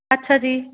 ਅੱਛਾ ਜੀ